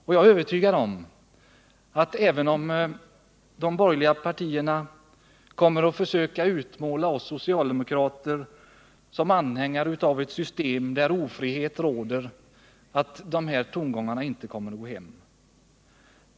Det är min övertygelse att även om de borgerliga partierna kommer att försöka utmåla oss socialdemokrater såsom anhängare av ett system där ofrihet råder så kommer dessa tongångar inte att gå hem.